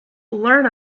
learn